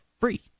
free